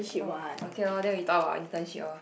oh okay lor then we talk about internship lor